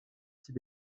six